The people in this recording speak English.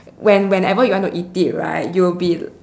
when whenever you want to eat it right you'll be